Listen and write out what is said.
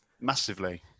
Massively